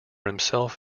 himself